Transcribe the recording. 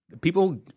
People